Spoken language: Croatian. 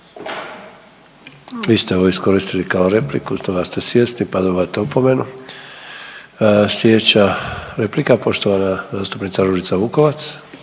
Vi ste ovo iskoristili kao repliku, toga ste svjesni, pa dobivate opomenu. Sljedeća replika, poštovana zastupnica Ružica Vukovac.